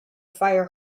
fire